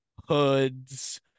hoods